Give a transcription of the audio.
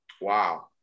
Wow